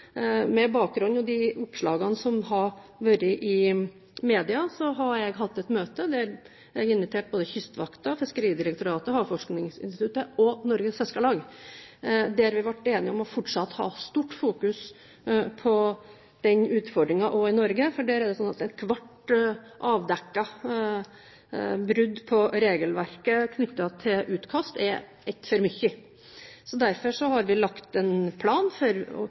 Med bakgrunn i de oppslagene som har vært i mediene, inviterte jeg både Kystvakten, Fiskeridirektoratet, Havforskningsinstituttet og Norges Fiskarlag til et møte, der vi ble enige om fortsatt å fokusere mye på denne utfordringen også i Norge. Det er slik at ethvert avdekket brudd på regelverket for utkast er ett for mye. Derfor har vi lagt en plan for